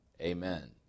Amen